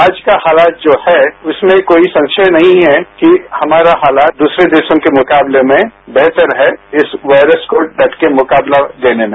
आज का हालात जो है इसमें कोई संशय नहीं है कि हमारा हालात दूसरे देशों के मुकाबले में बेहतर है इस वायरस को डट के मुकाबला देने में